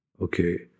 okay